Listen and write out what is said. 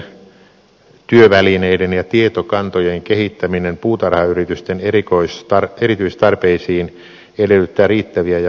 uusien työvälineiden ja tietokantojen kehittäminen puutarhayritysten erityistarpeisiin edellyttää riittäviä ja vakaita resursseja